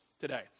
today